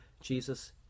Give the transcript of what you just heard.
Jesus